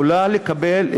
יכולה לקבל,